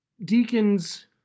deacons